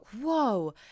whoa